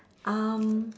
um